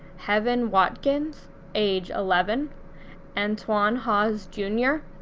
heaven watkins age eleven antoin hawes jr.